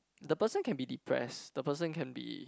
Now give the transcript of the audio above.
the person can be depressed the person can be